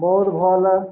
ବହୁତ ଭଲ